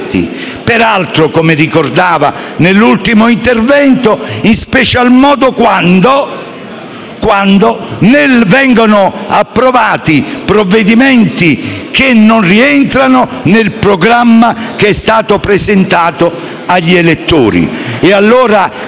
peraltro, come si ricordava nell'ultimo intervento, in special modo quando vengono approvati provvedimenti che non rientrano nel programma che è stato presentato agli elettori. *(Applausi